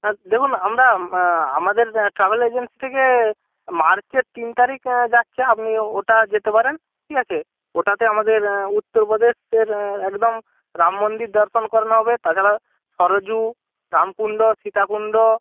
হ্যাঁ দেখুন আমরা আমাদের ট্রাভেল এজেন্সি থেকে মার্চের তিন তারিখ যাচ্ছে আপনি ওটা যেতে পারেন ঠিক আছে ওটাতে আমাদের উত্তর প্রদেশ ফের একদম রাম মন্দির দর্শন করানো হবে তাছাড়া সরযূ রামকুন্ড সীতাকুন্ড